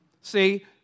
See